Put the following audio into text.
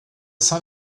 sun